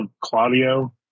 Claudio